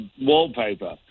wallpaper